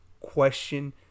question